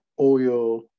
oil